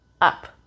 up